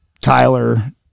Tyler